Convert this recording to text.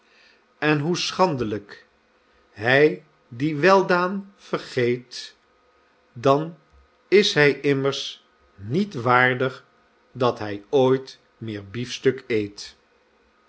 en hoe schandelijk hy die weldaân vergeet dan is hy immers niet waardig dat hy ooit meer biefstuk eet